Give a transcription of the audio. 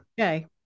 Okay